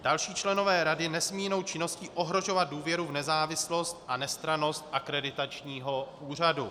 Další členové rady nesmějí jinou činností ohrožovat důvěru v nezávislost a nestrannost Akreditačního úřadu.